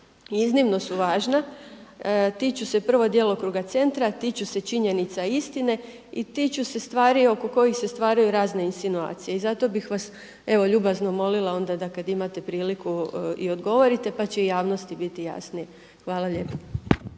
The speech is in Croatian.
iznimno su važna. Tiču se prvo djelokruga centra, tiču se činjenica i istine i tiču se stvari oko kojih se stvaraju razne insinuacije. I zato bih vas evo ljubazno molila da kad imate priliku i odgovorite, pa će i javnosti biti jasnije. Hvala lijepo.